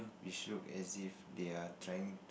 which look as if they're trying